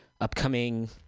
upcoming